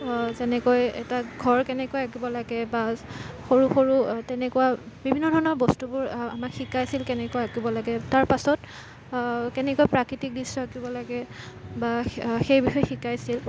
যেনেকৈ এটা ঘৰ কেনেকৈ আঁকিব লাগে বা সৰু সৰু তেনেকুৱা বিভিন্ন ধৰণৰ বস্তুবোৰ আমাক শিকাইছিল কেনেকৈ আঁকিব লাগে তাৰপিছত কেনেকৈ প্ৰাকৃতিক দৃশ্য আঁকিব লাগে বা সেই বিষয়ে শিকাইছিল